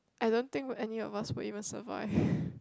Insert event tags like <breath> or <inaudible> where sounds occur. I don't think any of us would even survive <breath>